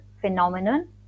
phenomenon